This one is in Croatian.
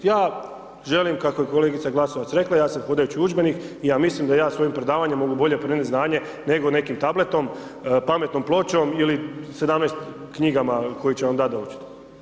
Ja želim kako je kolegica Glasovac rekla ja sam hodajući udžbenik i ja mislim da ja svojim predavanjem mogu bolje prenesti znanje nego nekim tabletom, pametnom pločom ili 17 knjigama koje će vam dati da učite.